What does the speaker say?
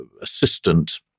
assistant